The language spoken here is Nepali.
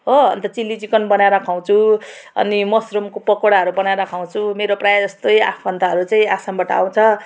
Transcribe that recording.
हो अन्त चिल्ली चिकन बनाएर खुवाउँछु अनि मसरुमको पकौडाहरू बनाएर खुवाउँछु मेरो प्रायःजस्तै आफन्तहरू चाहिँ आसामबाट आउँछ